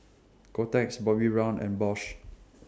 Kotex Bobbi Brown and Bosch